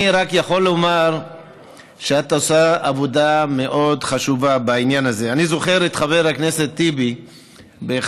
את יודעת, זה